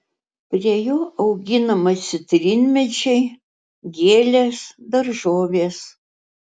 prie jo auginama citrinmedžiai gėlės daržovės